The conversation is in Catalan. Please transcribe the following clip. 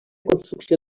construcció